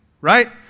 Right